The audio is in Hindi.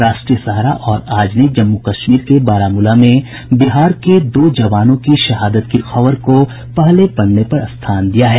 राष्ट्रीय सहारा और आज ने जम्मू कश्मीर के बारामूला में बिहार के दो जवानों की शहादत की खबर को पहले पन्ने पर स्थान दिया है